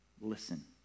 listen